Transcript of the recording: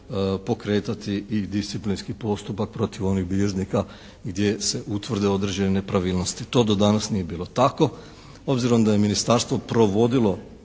pokretati i disciplinski postupak protiv onih bilježnika gdje se utvrde određene nepravilnosti. To do danas nije bilo tako. Obzirom da je ministarstvo provodilo